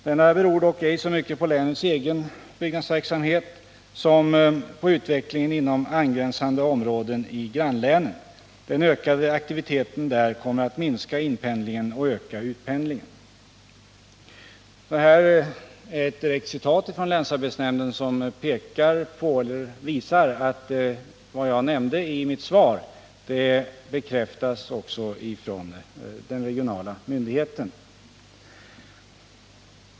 Denna beror dock ej så mycket på länets egen byggnadsverksamhet som på utvecklingen inom angränsande områden i grannlänen. Den ökade aktiviteten där kommer att minska inpendlingen och öka utpendlingen.” Det här är alltså ett direkt citat från länsarbetsnämnden som visar att vad jag nämnt i mitt svar också bekräftas av den regionala myndigheten.